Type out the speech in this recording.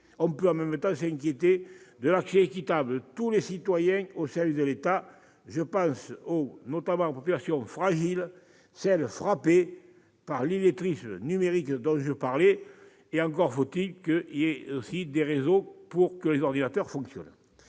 on peut s'inquiéter de l'accès équitable de tous les citoyens aux services de l'État ; je pense notamment aux populations fragiles, celles qui sont frappées par l'illettrisme numérique dont je parlais. Encore faut-il des réseaux pour que les ordinateurs fonctionnent.